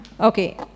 Okay